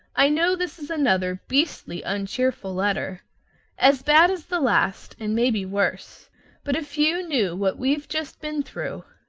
i know this is another beastly uncheerful letter as bad as the last, and maybe worse but if you knew what we've just been through!